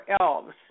elves